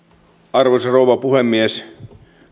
arvoisa rouva puhemies